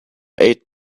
eight